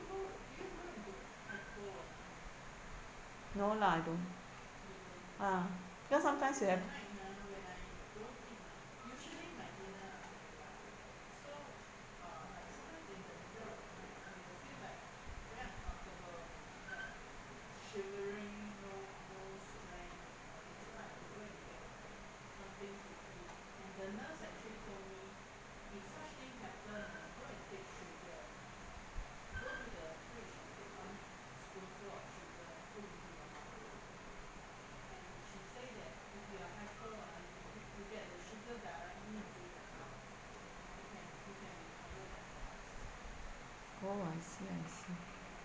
no lah I don't ah because sometimes we have oh I see I see